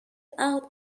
out